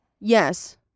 Yes